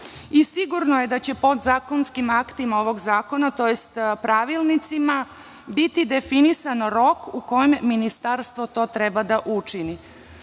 i sigurno je da će podzakonskim aktima ovog zakona tj. pravilnicima biti definisan rok u kom ministarstvo to treba da učini.